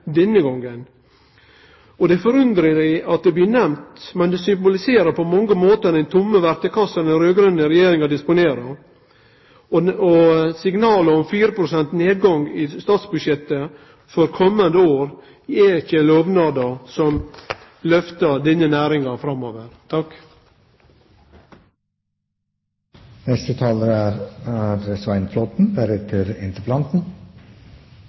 denne gongen. Det er forunderleg at det blir nemnt, men det symboliserer på mange måtar den tomme verktøykassa den raud-grøne regjeringa disponerer. Signalet om 4 pst. nedgang i statsbudsjettet for komande år er ikkje lovnader som lyfter denne næringa framover. Det er